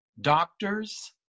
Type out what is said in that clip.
doctors